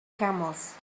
camels